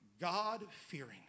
God-fearing